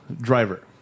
driver